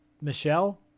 Michelle